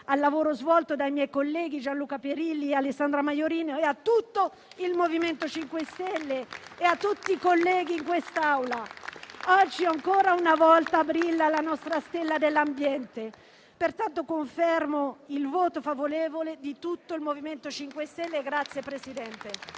al lavoro svolto dai miei colleghi Gianluca Perilli, Alessandra Maiorino, a tutto il MoVimento 5 Stelle e a tutti i colleghi in quest'Aula. Oggi ancora una volta brilla la nostra stella dell'ambiente. Pertanto, confermo il voto favorevole di tutto il MoVimento 5 Stelle al disegno